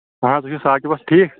اَہَن حظ بہٕ چھُس ساکِب اوس ٹھیٖک